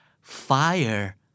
Fire